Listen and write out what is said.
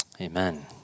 Amen